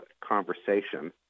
conversation